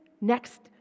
next